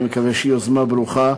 אני מקווה שהיא יוזמה ברוכה.